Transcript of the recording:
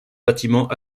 bâtiment